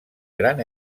gran